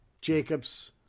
Jacobs